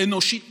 אנושית בסיסית,